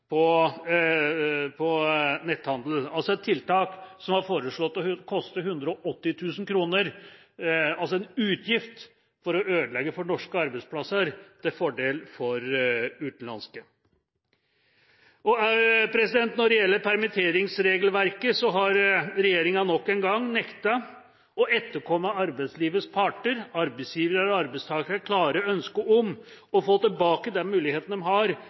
moms på netthandel. Det var et tiltak som var anslått å koste 180 000 kr, altså en utgift for å ødelegge for norske arbeidsplasser til fordel for utenlandske. Også når det gjelder permitteringsregelverket, har regjeringa nok en gang nektet å etterkomme det klare ønsket fra arbeidslivets parter, arbeidsgivere og arbeidstakere, om å få tilbake muligheten til å beholde fast ansatte i stedet for å si dem